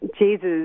Jesus